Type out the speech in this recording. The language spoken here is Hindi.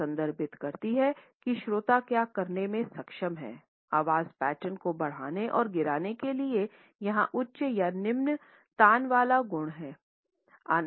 यह संदर्भित करती है कि श्रोता क्या करने में सक्षम है आवाज़ पैटर्न को बढ़ाने और गिरने के लिए यहां उच्च या निम्न तानवाला गुण हैं